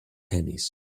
tennis